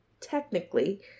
technically